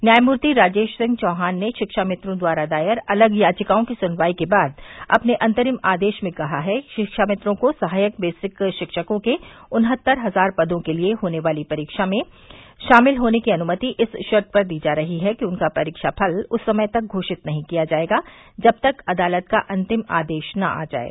न्यायमूर्ति राजेश सिंह चौहान ने शिक्षामित्रों द्वारा दायर अलग याचिकाओं की सुनवाई के बाद अपने अन्तरिम आदेश में कहा है कि शिक्षामित्रों को सहायक बेसिक शिक्षकों के उन्हतर हजार पदों के लिए होने वाली परीक्षा में शामिल होने की अनुमति इस शर्त पर दी जा रही है कि उनका परीक्षाफल उस समय तक घोषित नहीं किया जायेगा जब तक अदालत का अन्तिम आदेश न आ जाये